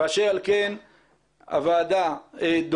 ואשר על כן הוועדה דורשת